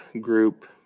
group